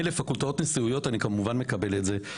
מילא פקולטות ניסוייות אני כמובן מקבל את זה,